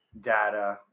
data